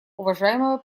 уважаемого